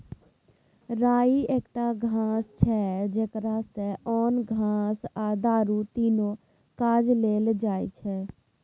राइ एकटा घास छै जकरा सँ ओन, घाल आ दारु तीनु काज लेल जाइ छै